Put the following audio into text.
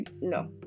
no